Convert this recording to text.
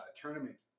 tournament